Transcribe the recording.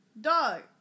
Dog